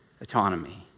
autonomy